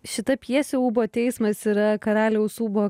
šita pjesė ūbo teismas yra karaliaus ūbo